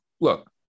look